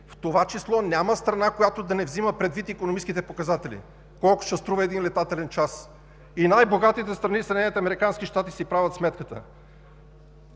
В това число няма страна, която да не взема предвид икономическите показатели – колко ще струва един летателен час. И най-богатите страни – Съединените американски